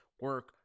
Work